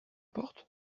porte